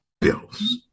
bills